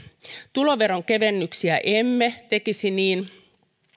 tuloveron kevennyksiä emme tekisi niin